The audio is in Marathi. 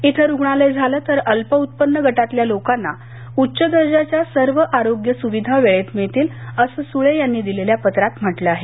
इथं रुग्णालय झालं तर अल्प उत्पन्न गटातल्या लोकांना उच्च दर्जाच्या सर्व आरोग्य सुविधा वेळेत मिळतील असं सुळे यांनी दिलेल्या पत्रात म्हटलं आहे